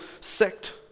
sect